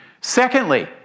Secondly